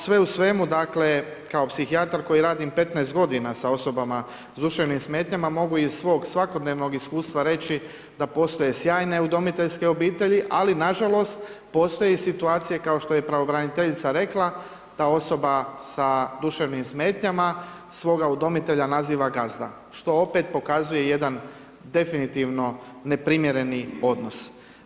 Sve u svemu kao psihijatar koji radim 15 godina sa osobama s duševnim smetnjama, mogu iz svog svakodnevnog iskustva reći da postoje sjajne udomiteljske obitelji, ali nažalost postoje situacije, kao što je i pravobraniteljica rekla, da osoba sa duševnim smetnjama svoga udomitelja naziva gazda, što opet pokazuje jedan definitivno neprimjereni odnos.